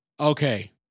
Okay